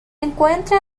encuentra